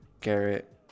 Garrett